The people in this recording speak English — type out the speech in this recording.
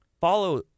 Follow